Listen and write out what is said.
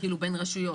בין רשויות?